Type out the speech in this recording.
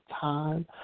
time